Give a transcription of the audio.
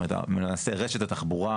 למעשה רשת התחבורה,